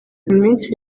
minsi